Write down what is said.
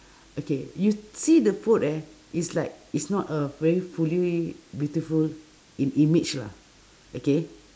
okay you see the food eh it's like it's not a very fully beautiful i~ image lah okay